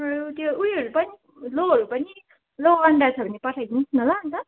त्यो उयोहरू पनि लोहरू पनि लो अन्डा छ भने पठाइदिनुहोस् न ल अन्त